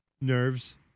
Nerves